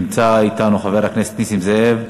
נמצא אתנו חבר הכנסת נסים זאב.